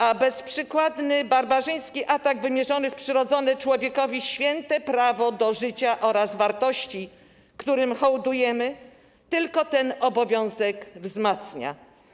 A bezprzykładny barbarzyński atak wymierzony w przyrodzone człowiekowi święte prawo do życia oraz wartości, którym hołdujemy, tylko ten obowiązek wzmacnia.